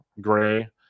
Gray